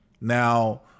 Now